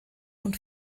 und